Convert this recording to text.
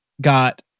got